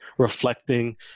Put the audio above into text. reflecting